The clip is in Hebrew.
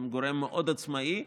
הם גורם מאוד עצמאי.